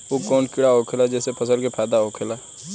उ कौन कीड़ा होखेला जेसे फसल के फ़ायदा होखे ला?